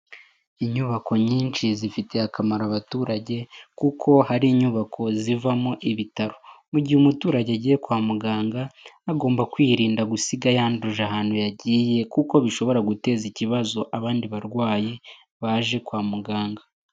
Inyubako nyinshi zifitiye akamaro abaturage, kuko hari inyubako zivamo ibitaro, mu gihe umuturage agiye kwa muganga, agomba kwirinda gusiga yanduje ahantu yagiye kuko bishobora guteza ikibazo abandi barwayi, baje kwa muganga.